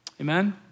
Amen